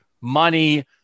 money